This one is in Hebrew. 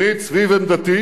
שנית, סביב עמדתי,